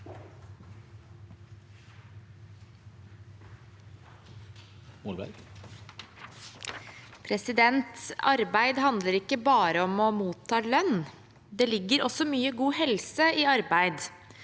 Arbeid handler ikke bare om å motta lønn. Det ligger også mye god helse i arbeid.